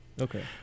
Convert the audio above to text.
Okay